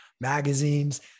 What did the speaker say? magazines